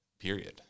period